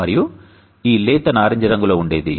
మరియు ఈ లేత నారింజ రంగు లో ఉండేది